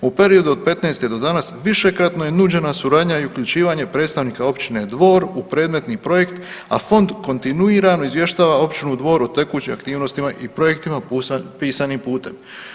U periodu od '15. do danas višekratno je nuđena suradnja i uključivanje predstavnika općine Dvor u predmetni projekt, a Fond kontinuirano izvještava općinu Dvor o tekućim aktivnostima i projektima pisanim putem.